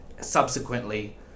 subsequently